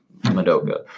Madoka